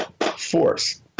force